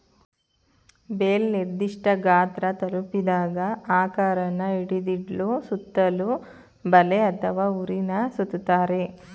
bale ನಿರ್ದಿಷ್ಠ ಗಾತ್ರ ತಲುಪಿದಾಗ ಆಕಾರನ ಹಿಡಿದಿಡ್ಲು ಸುತ್ತಲೂ ಬಲೆ ಅಥವಾ ಹುರಿನ ಸುತ್ತುತ್ತಾರೆ